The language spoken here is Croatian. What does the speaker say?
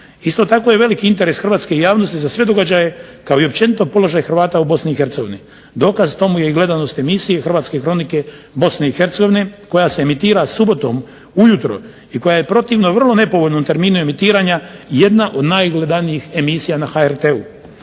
Isto tako je veliki interes javnosti za sve događaje kao i općenito položaj Hrvata u Bosni i Hercegovini, dokaz tomu je i gledanost emisije Hrvatske kronike Bosne i Hercegovine koja se emitira subotom ujutro i koja je protivna vrlo nepovoljnom terminu emitiranja jedna od najgledanijih emisija na HRT-u.